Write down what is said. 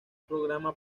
programa